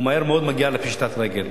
הוא מהר מאוד מגיע לפשיטת רגל.